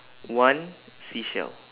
one seashell